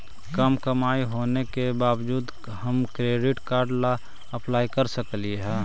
कम कमाई होने के बाबजूद हम क्रेडिट कार्ड ला अप्लाई कर सकली हे?